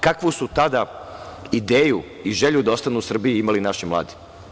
Kakvu su tada ideju i želju da ostanu u Srbiji imali naši mladi?